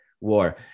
war